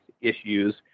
issues